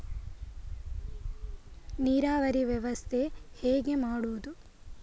ನೀರಾವರಿ ವ್ಯವಸ್ಥೆ ಹೇಗೆ ಮಾಡುವುದು?